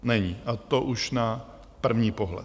Není, a to už na první pohled.